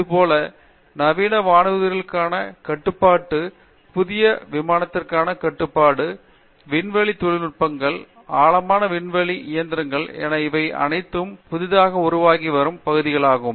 இதேபோல் நவீன வானூர்திகளுக்காண கட்டுப்பாட்டு புதிய விமானத்திற்காண கட்டுப்பாட்டு விண்வெளி தொழில்நுட்பத்தில் ஆழமான விண்வெளி இயந்திரங்கள் என இவை அனைத்தும் புதிதாக உருவாகி வரும் பகுதிகளாகும்